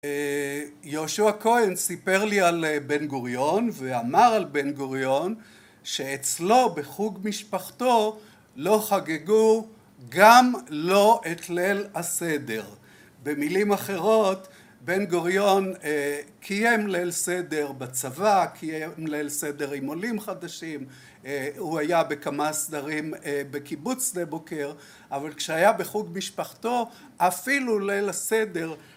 יהושע כהן סיפר לי על בן גוריון, ואמר על בן גוריון, שאצלו בחוג משפחתו לא חגגו גם לא את ליל הסדר. במילים אחרות, בן גוריון קיים ליל סדר בצבא, קיים ליל סדר עם עולים חדשים, הוא היה בכמה סדרים בקיבוץ שדה בוקר, אבל כשהיה בחוג משפחתו, אפילו ליל הסדר